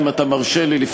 אם אתה מרשה לי,